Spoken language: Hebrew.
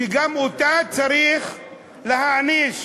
שגם אותה צריך להעניש.